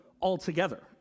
altogether